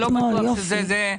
אני לא בטוח שזה,